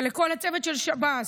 ולכל הצוות של שב"ס,